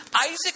Isaac